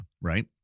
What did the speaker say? right